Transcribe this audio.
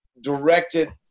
directed